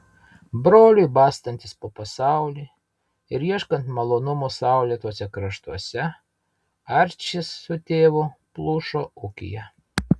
broliui bastantis po pasaulį ir ieškant malonumų saulėtuose kraštuose arčis su tėvu plušo ūkyje